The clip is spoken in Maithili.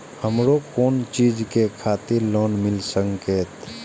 हमरो कोन चीज के खातिर लोन मिल संकेत?